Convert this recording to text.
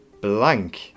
blank